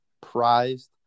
prized